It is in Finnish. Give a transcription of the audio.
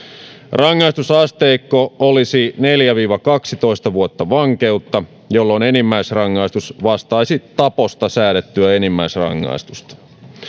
rangaistusasteikko olisi neljä viiva kaksitoista vuotta vankeutta jolloin enimmäisrangaistus vastaisi taposta säädettyä enimmäisrangaistusta